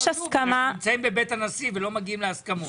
רק נמצאים בבית הנשיא ולא מגיעים להסכמות.